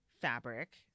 fabric